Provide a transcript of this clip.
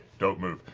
don't move.